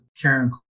Karen